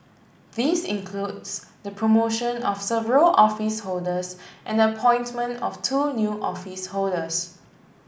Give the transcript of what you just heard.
this includes the promotion of several office holders and the appointment of two new office holders